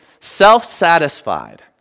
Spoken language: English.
self-satisfied